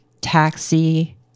Taxi